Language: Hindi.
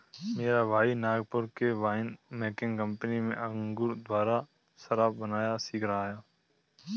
मेरा भाई नागपुर के वाइन मेकिंग कंपनी में अंगूर द्वारा शराब बनाना सीख रहा है